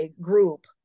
group